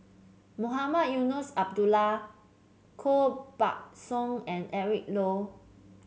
Mohamed Eunos Abdullah Koh Buck Song and Eric Low